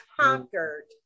conquered